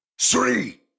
three